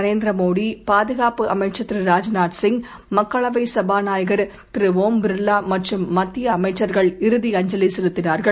Narendra Modi பாதுகாப்புஅமைச்சர்திரு Rajnath Singh மக்களவைசபாநாயகர்ஓம்பிர்லாமற்றும்மத்தியஅமைச் சர்கள்இறுதிஅஞ்சலிசெலுத்தினார்கள்